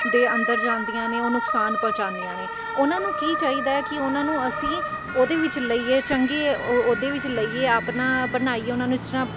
ਦੇ ਅੰਦਰ ਜਾਂਦੀਆਂ ਨੇ ਉਹ ਨੁਕਸਾਨ ਪਹੁੰਚਾਉਂਦੀਆਂ ਨੇ ਉਹਨਾਂ ਨੂੰ ਕੀ ਚਾਹੀਦਾ ਕਿ ਉਹਨਾਂ ਨੂੰ ਅਸੀਂ ਉਹਦੇ ਵਿੱਚ ਲਈਏ ਚੰਗੇ ਉਹਦੇ ਵਿੱਚ ਲਈਏ ਆਪਣਾ ਬਣਾਈਏ ਉਹਨਾਂ ਨੂੰ ਜਿਸ ਤਰ੍ਹਾਂ